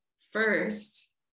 first